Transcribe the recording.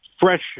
fresh